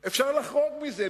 אפשר לחרוג מזה.